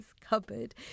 cupboard